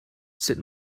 sut